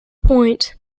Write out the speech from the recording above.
point